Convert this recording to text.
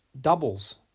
doubles